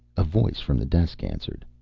a voice from the desk answered.